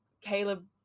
Caleb